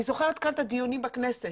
אני זוכרת כאן את הדיונים בכנסת.